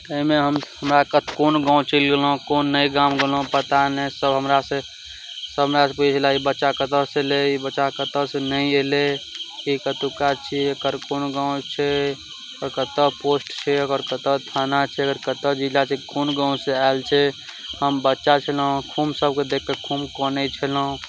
एहिमे हमरा कोन गाँव चलि गेलहुॅं कोन नहि गाम गेलहुॅं पता नहि सभ हमरा से सभ हमरा सभ पुछै छलए ई बच्चा कतऽ से अयलै ई बच्चा कतऽ से नहि अयलै कि कतौ काज छी एकर कोन गाँव छै ओकर कतऽ पोस्ट छै ओकर कतऽ थाना छै ओकर कतऽ जिला छै कोन गाँवसँ आयल छै हम बच्चा छलहुॅं खूब सभके देख कऽ खूब कऽनै छलहुॅं